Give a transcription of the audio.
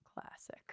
Classic